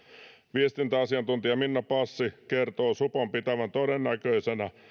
viestintäasiantuntija minna passi kertoo supon pitävän todennäköisenä